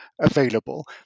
available